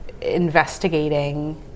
investigating